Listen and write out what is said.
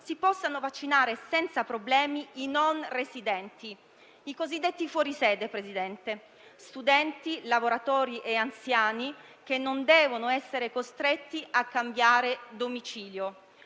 si possano vaccinare senza problemi i non residenti, i cosiddetti fuori sede: studenti, lavoratori e anziani, che non devono essere costretti a cambiare domicilio